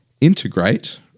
integrate